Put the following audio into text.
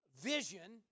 vision